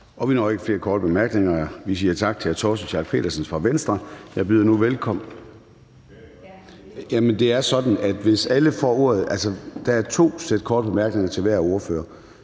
Vi når ikke flere korte bemærkninger. Vi siger tak til hr. Torsten Schack Pedersen fra Venstre. Det er sådan, at der er to sæt korte bemærkninger til hver ordfører.